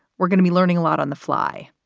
we're going to be learning a lot on the fly.